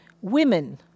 Women